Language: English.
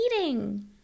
eating